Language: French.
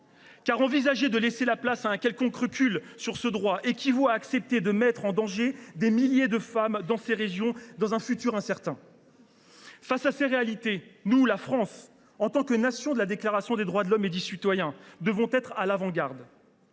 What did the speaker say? envisager de laisser place à un quelconque recul sur ce droit équivaut à accepter de mettre en danger des milliers de femmes dans ces régions, dans un futur incertain. Face à ces réalités, la France, en tant que nation de la Déclaration des droits de l’homme et du citoyen, doit être à l’avant garde.